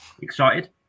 Excited